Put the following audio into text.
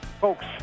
folks